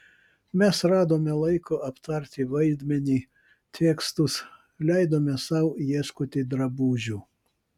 mes radome laiko aptarti vaidmenį tekstus leidome sau ieškoti drabužių